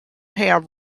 have